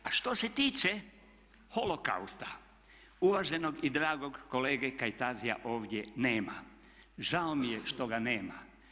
A što se tiče holokausta uvaženog i dragog kolega Kajtazija ovdje nema, žao mi je što ga nema.